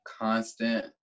constant